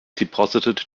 deposited